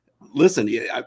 listen